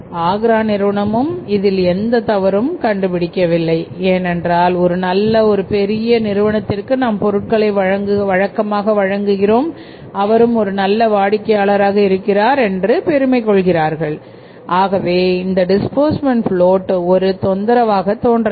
ஆக்ரா நிறுவனமும் இதில் எந்த தவறும் கண்டு பிடிக்கவில்லை ஏனென்றால் நல்ல ஒரு பெரிய நிறுவனத்திற்கு நாம் பொருட்களை வழக்கமாக வழங்குகிறோம் அவரும் ஒரு நல்ல வாடிக்கையாளராக இருக்கிறார் என்று பெருமை கொள்கிறார்கள் ஆகவே இந்த டிஸ்பூர்ஸ்மெண்ட் ப்லோட் ஒரு தொந்தரவாக தோன்றவில்லை